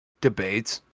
debates